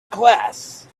class